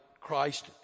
Christ